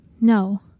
no